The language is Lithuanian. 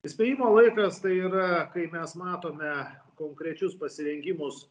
įspėjimo laikas tai yra kai mes matome konkrečius pasirengimus